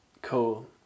Cool